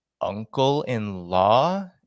uncle-in-law